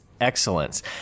excellence